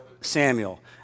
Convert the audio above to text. Samuel